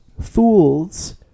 fools